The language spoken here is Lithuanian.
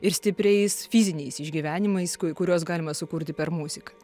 ir stipriais fiziniais išgyvenimais ku kuriuos galima sukurti per muziką